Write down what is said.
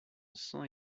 sous